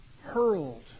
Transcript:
hurled